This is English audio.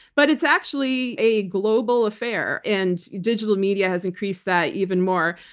but it's actually a global affair, and digital media has increased that even more.